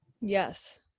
Yes